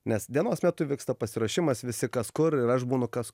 nes dienos metu vyksta pasiruošimas visi kas kur ir aš būnu kas